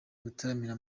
gutaramira